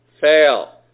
fail